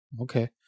Okay